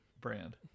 brand